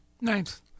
Nice